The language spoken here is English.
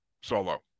solo